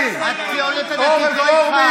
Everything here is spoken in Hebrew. הורדתם את האבטחה מראש הממשלה, שים ליהדות אבטחה.